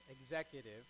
executive